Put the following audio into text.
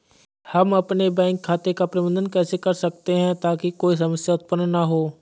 हम अपने बैंक खाते का प्रबंधन कैसे कर सकते हैं ताकि कोई समस्या उत्पन्न न हो?